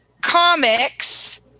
comics